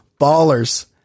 ballers